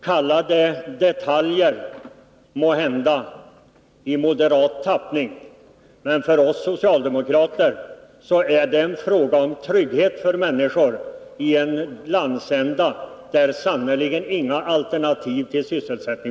Man kan måhända i moderat tappning kalla det för detaljer, men för oss socialdemokrater är det en fråga om trygghet för människor i en landsända där det sannerligen inte finns någon alternativ sysselsättning.